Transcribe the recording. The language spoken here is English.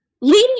Leading